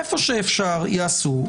איפה שאפשר, יעשו.